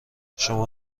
شما